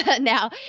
now